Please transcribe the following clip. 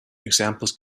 examples